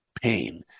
pain